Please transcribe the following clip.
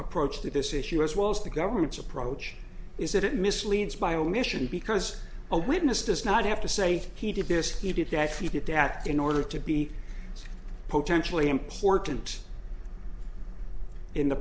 approach to this issue as well as the government's approach is that it misleads by omission because a witness does not have to say he did this he did actually get that in order to be potentially important in the